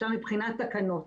מבחינת תקנות,